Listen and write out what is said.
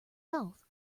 health